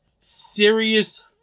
serious